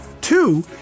Two